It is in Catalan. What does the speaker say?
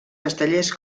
castellers